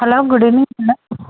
hello good evening madam